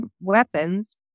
weapons